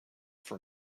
for